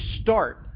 start